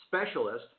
specialist